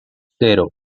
cero